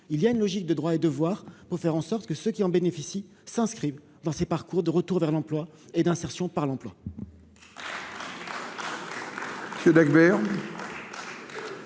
il y a une logique de droits et devoirs, pour faire en sorte que ceux qui en bénéficient s'inscrivent dans ces parcours de retour vers l'emploi et d'insertion par l'emploi.